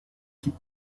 keep